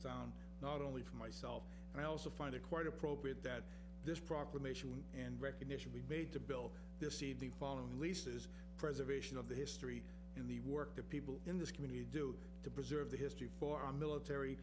town not only for myself and i also find it quite appropriate that this proclamation and recognition be made to bill to see the following releases preservation of the history in the work the people in this community do to preserve the history for our military